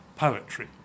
poetry